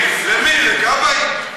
למי, לגבאי?